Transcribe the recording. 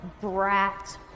brat